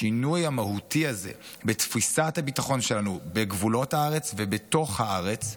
לשינוי המהותי הזה בתפיסת הביטחון שלנו בגבולות הארץ ובתוך הארץ,